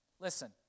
Listen